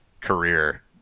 career